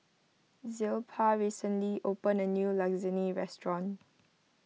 Zilpah recently opened a new Lasagne restaurant